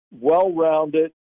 well-rounded